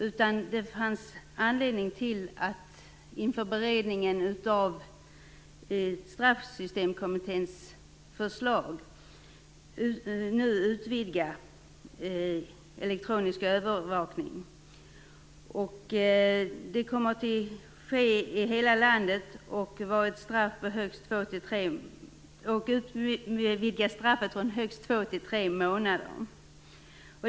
I stället fanns det anledning att inför beredningen av Straffsystemkommitténs förslag utvidga den elektroniska övervakningen. Det kommer att ske i hela landet och utvidga straffet från högst två till tre månader.